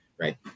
right